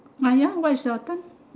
!aiya! why it's your turn